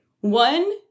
One